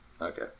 Okay